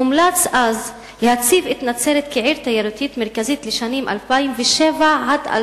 הומלץ אז להציב את נצרת כעיר תיירותית לשנים 2007 2015